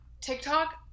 tiktok